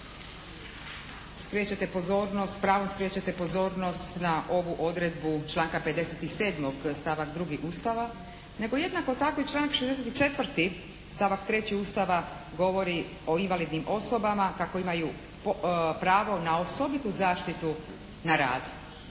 skrećete pozornost, s pravom skrećete pozornost na ovu odredbu članka 57. stavak 2. Ustava nego jednako tako i članak 64. stavak 3. Ustava govori o invalidnim osobama kako imaju pravo na osobitu zaštitu na radu.